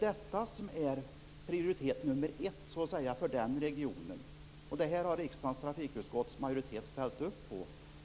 Det är prioritet nummer ett för regionen, och detta har riksdagens trafikutskott ställt upp på.